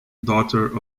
daughter